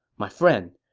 my friend,